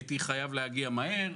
הייתי חייב להגיע מהר,